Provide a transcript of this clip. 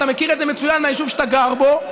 אתה מכיר את זה מצוין מהיישוב שאתה גר בו,